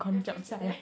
and freeze to death